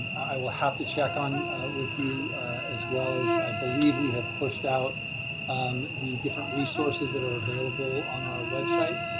i will have to check with you as well, as i believe we have pushed out um the different resources that are available on our website